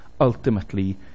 ultimately